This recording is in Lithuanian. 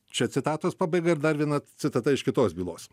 čia citatos pabaiga ir dar viena citata iš kitos bylos